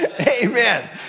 Amen